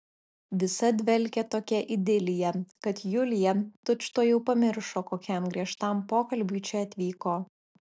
visa dvelkė tokia idilija kad julija tučtuojau pamiršo kokiam griežtam pokalbiui čia atvyko